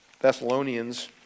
Thessalonians